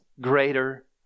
greater